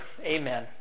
Amen